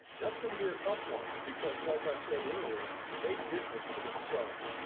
that's gonna be a tough one. because like i said earlier, they did this to themself.